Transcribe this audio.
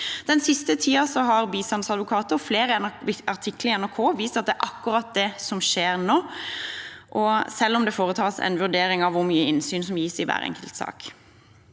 Den siste tiden har bistandsadvokater og flere artikler i NRK vist at det er akkurat det som skjer nå, selv om det foretas en vurdering av hvor mye innsyn som gis i hver enkelt sak.